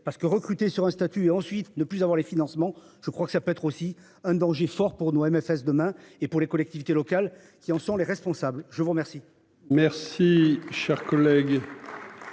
parce que recruter sur un statut ensuite ne plus avoir les financements. Je crois que ça peut être aussi un danger fort pour nous MFS demain et pour les collectivités locales qui en sont les responsables. Je vous remercie. Merci cher collègue.